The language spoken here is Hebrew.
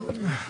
אנחנו